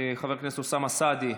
חבר הכנסת אוסאמה סעדי,